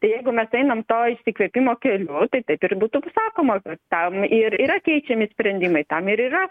tai jeigu mes einam tuo išsikvėpimo keliu tai taip ir būtų sakoma tam ir yra keičiami sprendimai tam ir yra